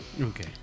Okay